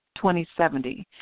2070